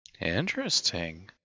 Interesting